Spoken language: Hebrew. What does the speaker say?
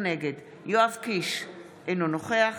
נגד יואב קיש, אינו נוכח